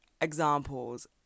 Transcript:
examples